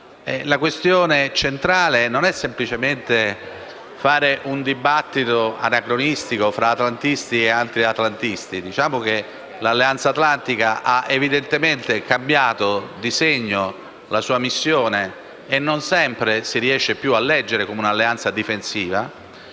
La questione è centrale e non si tratta semplicemente di fare un dibattito anacronistico tra atlantisti e antiatlantisti. È evidente che l'Alleanza atlantica ha cambiato di segno la sua missione e non sempre si riesce a leggere come un'alleanza difensiva.